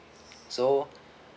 so